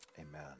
amen